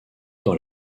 dans